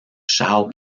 shao